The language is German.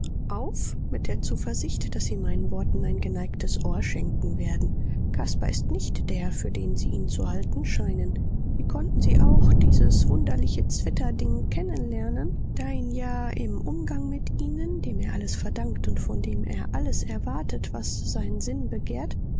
auf mit der zuversicht daß sie meinen worten ein geneigtes ohr schenken werden caspar ist nicht der für den sie ihn zu halten scheinen wie konnten sie auch dieses wunderliche zwitterding kennen lernen da ihn ja im umgang mit ihnen dem er alles verdankt und von dem er alles erwartet was sein sinn begehrt